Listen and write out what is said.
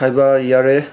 ꯍꯥꯏꯕ ꯌꯥꯔꯦ